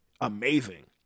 Amazing